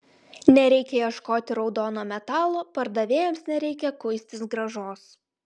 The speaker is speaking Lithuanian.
nereikia ieškoti raudono metalo pardavėjams nereikia kuistis grąžos